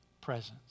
presence